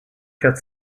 cut